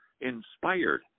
inspired